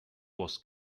was